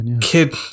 Kid